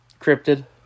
cryptid